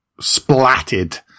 splatted